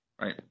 right